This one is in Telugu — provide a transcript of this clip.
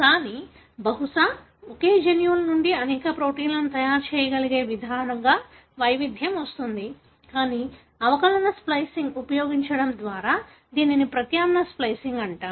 కానీ బహుశా ఒకే జన్యువుల నుండి అనేక ప్రోటీన్లను తయారు చేయగలిగే విధంగా వైవిధ్యం వస్తుంది కానీ అవకలన స్ప్లికింగ్ని ఉపయోగించడం ద్వారా దీనిని ప్రత్యామ్నాయ స్ప్లికింగ్ అంటారు